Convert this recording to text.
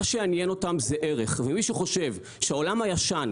מה שיעניין אותם זה ערך ואם מישהו חושב שהעולם הישן,